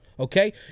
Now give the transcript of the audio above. Okay